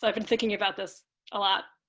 like been thinking about this a lot.